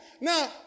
Now